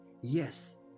yes